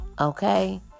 Okay